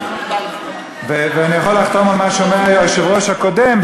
אני יכול לחתום על מה שאומר לי היושב-ראש הקודם,